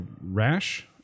Rash